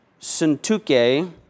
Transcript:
Suntuke